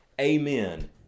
amen